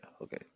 okay